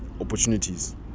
opportunities